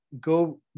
go